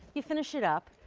if finish it up.